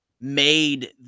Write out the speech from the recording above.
made